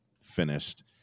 finished